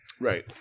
Right